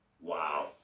Wow